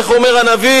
איך אומר הנביא?